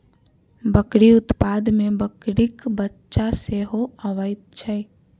बकरी उत्पाद मे बकरीक बच्चा सेहो अबैत छै